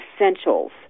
essentials